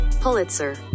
Pulitzer